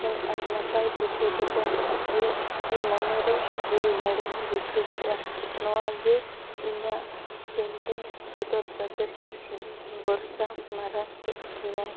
ᱟᱨ ᱱᱟᱯᱟᱭ ᱵᱩᱡᱷᱟᱹᱣ ᱠᱟᱛᱮᱱ ᱤᱧ ᱢᱚᱱᱮᱨᱮ ᱫᱤᱞ ᱫᱟᱲᱮᱧ ᱵᱩᱡᱷᱟᱹᱣ ᱠᱮᱫᱼᱟ ᱱᱚᱣᱟᱜᱮ ᱤᱧᱟᱹᱜ ᱯᱮᱱᱴᱤᱝ ᱥᱚᱫᱚᱨ ᱠᱟᱛᱮᱫ ᱵᱚᱨᱥᱟ ᱢᱟᱨᱟᱝ ᱠᱮᱫ ᱛᱤᱧᱟᱭ